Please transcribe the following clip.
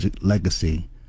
legacy